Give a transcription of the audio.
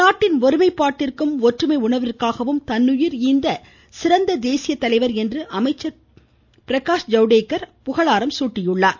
நாட்டின் ஒருமைப்பாட்டிற்கும் ஒற்றுமை உணர்விற்காகவும் தன்னுயிரை ஈந்த சிறந்த தேசிய தலைவர் என்று அமைச்சர் பிரகாஷ் ஜவ்தேக்கர் புகழாரம் சூட்டியுள்ளார்